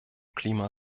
klima